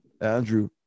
Andrew